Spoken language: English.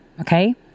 Okay